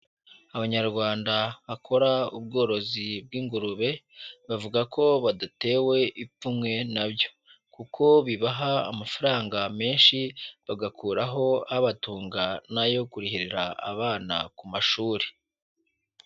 Abanyarwanda bakora ubworozi bw'ingurube, bavuga ko badatewe ipfunwe nabyo, kuko bibaha amafaranga menshi bagakuraho abatunga n'ayo kurihirira abana ku mashuri.